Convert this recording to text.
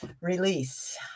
release